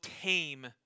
tame